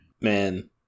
Man